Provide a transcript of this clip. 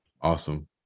Awesome